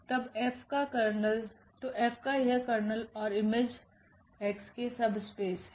तब𝐹का kernel तो𝐹का यह kernel और इमेज Xके सबस्पेस है